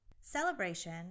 Celebration